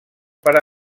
per